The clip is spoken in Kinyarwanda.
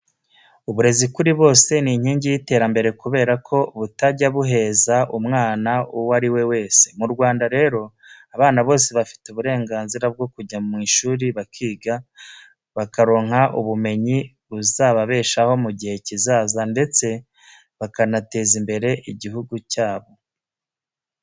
Uburezi kuri bose ni inkingi y'iterambere kubera ko butajya buheza umwana uwo ari we wese. Mu Rwanda rero abana bose bafite uburenganzira bwo kujya mu ishuri bakiga, bakaronka ubumenyi buzababeshaho mu gihe kizaza ndetse bakanateza imbere igihugu cyabo.